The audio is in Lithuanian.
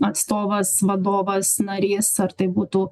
atstovas vadovas narys ar tai būtų